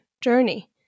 journey